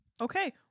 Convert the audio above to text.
Okay